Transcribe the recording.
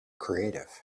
creative